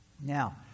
Now